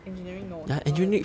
engineering no technol~